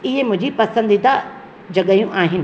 इहे मुंहिंजी पसंदीदा जॻहयूं आहिनि